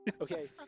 Okay